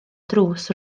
drws